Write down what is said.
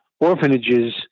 orphanages